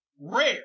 rare